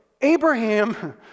Abraham